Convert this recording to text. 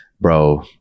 Bro